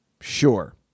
sure